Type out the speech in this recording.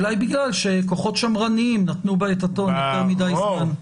אולי בגלל שכוחות שמרניים נתנו בה את הטון יותר מדי זמן.